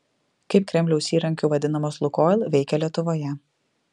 kaip kremliaus įrankiu vadinamas lukoil veikė lietuvoje